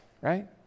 right